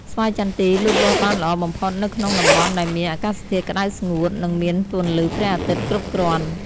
ស្វាយចន្ទីលូតលាស់បានល្អបំផុតនៅក្នុងតំបន់ដែលមាន អាកាសធាតុក្តៅស្ងួត និងមាន ពន្លឺព្រះអាទិត្យគ្រប់គ្រាន់។